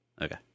Okay